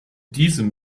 diesem